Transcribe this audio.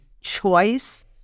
choice